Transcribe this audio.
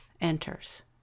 enters